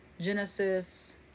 Genesis